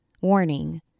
Warning